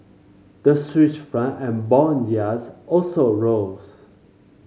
the Swiss Franc and bond yields also rose